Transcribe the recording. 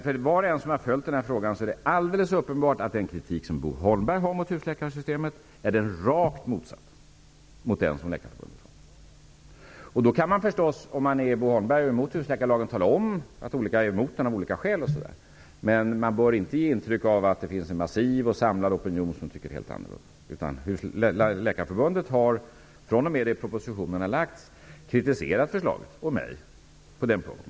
För var och som har följt den här frågan är det uppenbart att den kritik som Bo Holmberg har mot husläkarsystemet är den rakt motsatta mot den som Läkarförbundet har. Om man är Bo Holmberg, och således är emot husläkarlagen, kan man tala om att Läkarförbundet och andra också är emot den men av andra skäl. Men man bör inte ge intryck av att det finns en massiv och samlad opinion som tycker lika. fr.o.m. det att propositionen lades fram har Läkarförbundet kritiserat mig och förslaget.